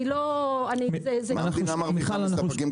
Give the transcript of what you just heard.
אני לא --- מה המדינה מרוויחה מספקים קטנים?